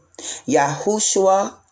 Yahushua